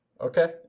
Okay